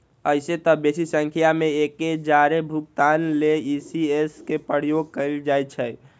अइसेए तऽ बेशी संख्या में एके जौरे भुगतान लेल इ.सी.एस के प्रयोग कएल जाइ छइ